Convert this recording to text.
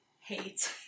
hate